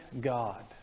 God